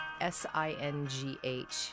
S-I-N-G-H